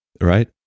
right